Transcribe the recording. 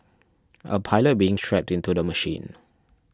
a pilot being strapped into the machine